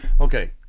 Okay